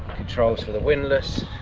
controls for the windlass,